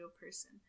person